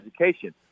education